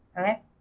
Okay